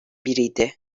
biriydi